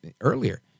earlier